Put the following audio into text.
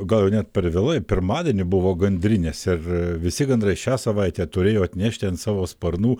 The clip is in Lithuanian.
gal jau net per vėlai pirmadienį buvo gandrinės ir visi gandrai šią savaitę turėjo atnešti ant savo sparnų